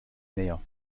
näher